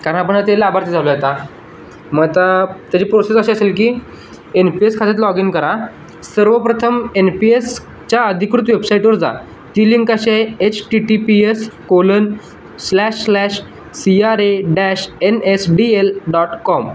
कारण आपण ते लाभार्थी झालो आहे आता मग आता त्याचे प्रोसेस अशी असेल की एन पी एस खात्यात लॉग इन करा सर्वप्रथम एन पी एसच्या अधिकृत वेबसाईटवर जा ती लिंक अशी आहे H T T P S colon slash slash C R A dash N S D L dot com